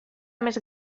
més